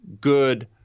good